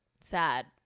sad